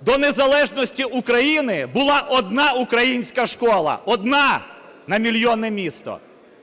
до незалежності України була одна українська школа, одна на мільйонне місто.